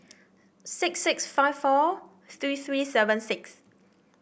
six six five four three three seven six